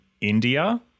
India